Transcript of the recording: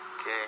Okay